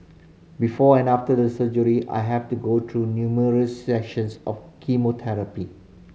before and after the surgery I had to go through numerous sessions of chemotherapy